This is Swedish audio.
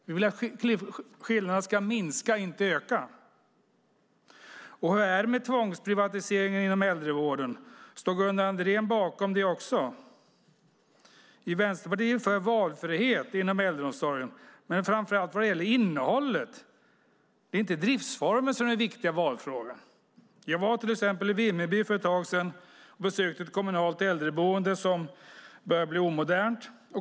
Vi vill att skillnaden ska minska och inte öka. Hur är det med tvångsprivatiseringen inom äldrevården? Står Gunnar Andrén bakom den också? Vi i Vänsterpartiet är för valfrihet inom äldreomsorgen, men det gäller framför allt innehållet. Det är inte driftsformen som är den viktiga valfrågan. Jag var till exempel i Vimmerby och besökte ett kommunalt äldreboende som började bli omodernt.